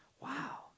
Wow